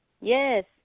Yes